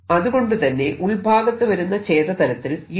അതുകൊണ്ടുതന്നെ ഉൾഭാഗത്ത് വരുന്ന ഛേദ തലത്തിൽ E